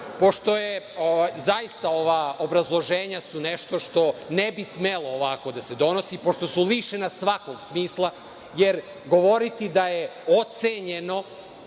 pošto, zaista, obrazloženja su nešto što ne bi smelo ovako da se donosi, pošto su lišena svakog smisla, jer govoriti da je ocenjeno,